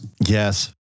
Yes